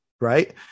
right